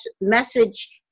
message